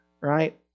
right